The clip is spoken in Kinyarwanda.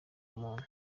ubumuntu